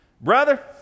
brother